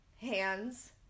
hands